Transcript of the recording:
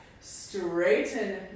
straighten